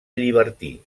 llibertí